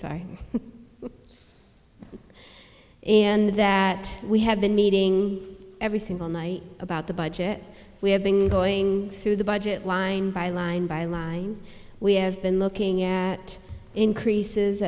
sorry and that we have been meeting every single night about the budget we have been going through the budget line by line by line we have been looking at increases